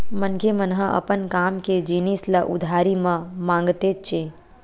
मनखे मन ह अपन काम के जिनिस ल उधारी म मांगथेच्चे